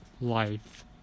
life